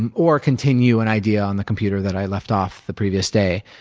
and or continue an idea on the computer that i left off the previous day.